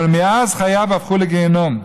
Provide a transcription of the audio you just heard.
אבל מאז חייו הפכו לגיהינום.